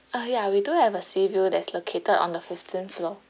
ah ya we do have a sea view there's located on the fifteenth floor